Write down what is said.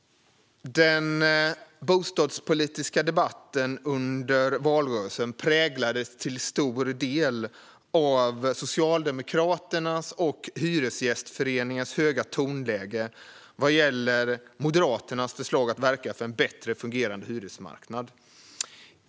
Den bostadspolitiska debatten under valrörelsen präglades till stor del av Socialdemokraternas och Hyresgästföreningens höga tonläge vad gäller Moderaternas förslag att verka för en bättre fungerande hyresmarknad.